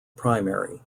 primary